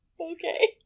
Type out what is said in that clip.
Okay